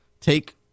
take